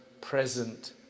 present